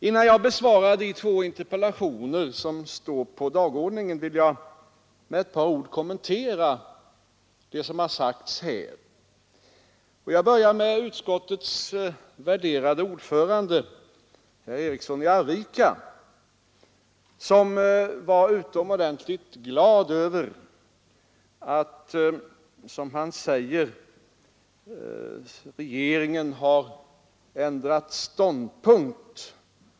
Innan jag besvarar de två interpellationer som står på dagordningen vill jag med ett par ord kommentera det som har sagts här, och jag börjar med utskottets värderade ordförande herr Eriksson i Arvika, som var utomordentligt glad över att, som han säger, regeringen har ändrat ståndpunkt.